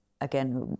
again